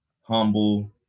humble